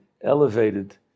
elevated